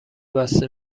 بسته